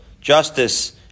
justice